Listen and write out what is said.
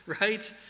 right